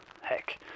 Heck